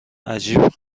عجیب